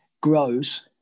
grows